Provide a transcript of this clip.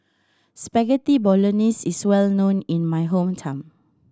Spaghetti Bolognese is well known in my hometown